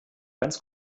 ganz